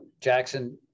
Jackson